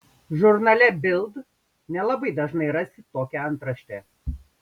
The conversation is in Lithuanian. žurnale bild nelabai dažnai rasi tokią antraštę